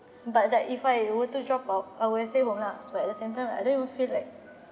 but like if I were to drop out I would have stay home lah but at the same time I don't even feel like